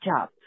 job